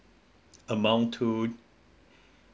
amount to